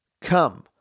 Come